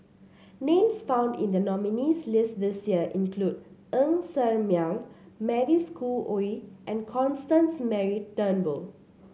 names found in the nominees' list this year include Ng Ser Miang Mavis Khoo Oei and Constance Mary Turnbull